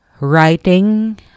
Writing